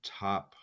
top